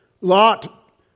Lot